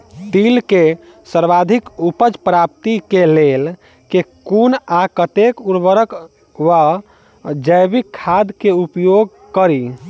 तिल केँ सर्वाधिक उपज प्राप्ति केँ लेल केँ कुन आ कतेक उर्वरक वा जैविक खाद केँ उपयोग करि?